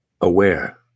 aware